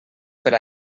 per